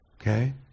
Okay